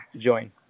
join